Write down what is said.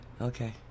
Okay